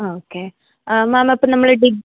ആ okay ma'am അപ്പം നമ്മൾ ഡിഗ്രി